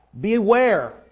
Beware